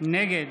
נגד